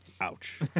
Ouch